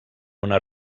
una